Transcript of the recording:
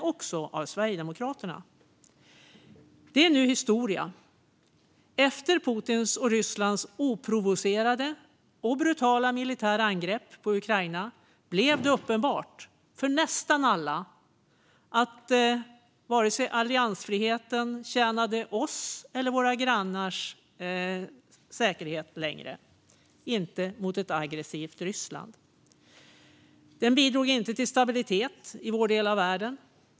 Detta är nu historia. Efter Putins och Rysslands oprovocerade och brutala militära angrepp på Ukraina blev det uppenbart för alla, utom Miljöpartiet och Vänsterpartiet, att alliansfriheten varken garanterade oss eller våra grannar säkerhet mot ett aggressivt Ryssland. Den bidrog inte heller längre till stabilitet i vår del av världen.